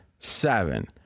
Seven